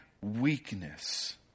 Weakness